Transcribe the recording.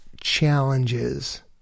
challenges